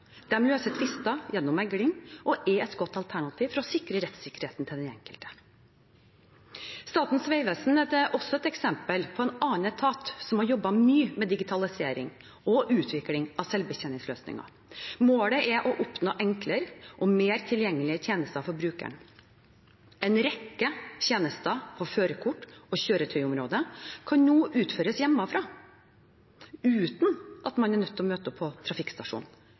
gjennom megling og er et godt alternativ for å sikre rettssikkerheten til den enkelte. Statens vegvesen er et eksempel på en annen etat som har jobbet mye med digitalisering og utvikling av selvbetjeningsløsninger. Målet er å oppnå enklere og mer tilgjengelige tjenester for brukeren. En rekke tjenester på førerkort- og kjøretøyområdet kan nå utføres hjemmefra uten at man er nødt til å møte opp på trafikkstasjonen.